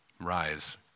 rise